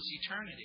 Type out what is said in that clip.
eternity